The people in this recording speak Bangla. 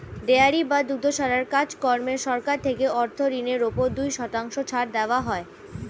ডেয়ারি বা দুগ্ধশালার কাজ কর্মে সরকার থেকে অর্থ ঋণের উপর দুই শতাংশ ছাড় দেওয়া হয়